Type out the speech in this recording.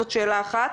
זאת שאלה אחת.